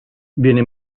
viene